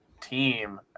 team